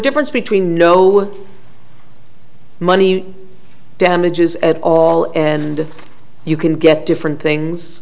difference between no money damages at all and you can get different things